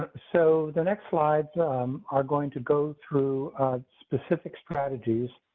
so the next slides are going to go through specific strategies,